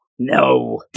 No